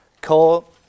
call